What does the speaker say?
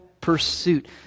pursuit